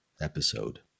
episode